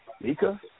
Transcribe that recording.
Mika